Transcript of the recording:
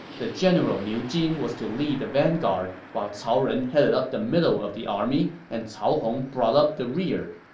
the general niu jin was to lead the vanguard, while cao ren headed up the middle of the army and cao hong brought up the rear.